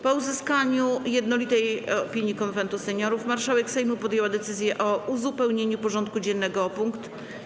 Po uzyskaniu jednolitej opinii Konwentu Seniorów marszałek Sejmu podjęła decyzję o uzupełnieniu porządku dziennego o punkt: